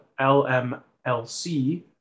LMLC